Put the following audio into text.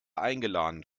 eingeladen